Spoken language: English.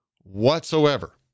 whatsoever